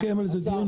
נקיים על זה דיון.